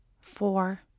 four